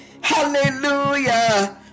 hallelujah